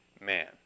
man